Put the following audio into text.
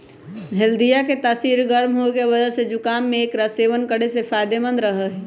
हल्दीया के तासीर गर्म होवे के वजह से जुकाम में एकरा सेवन करे से फायदेमंद रहा हई